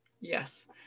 yes